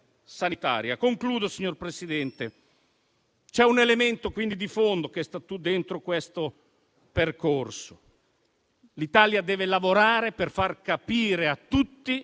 conclusione, signor Presidente, c'è un elemento di fondo dentro questo percorso. L'Italia deve lavorare per far capire a tutti